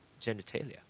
genitalia